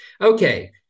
Okay